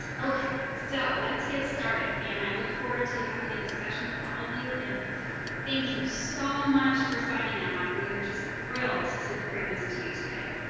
okay, so let's get started and i look forward to having a discussion with all of you. and thank you so much for signing up. we are just thrilled to bring this to you today.